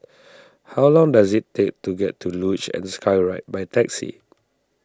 how long does it take to get to Luge and Skyride by taxi